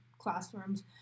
classrooms